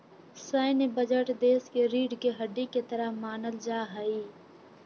सैन्य बजट देश के रीढ़ के हड्डी के तरह मानल जा हई